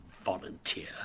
Volunteer